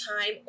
time